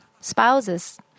spouses